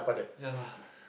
ya lah